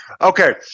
Okay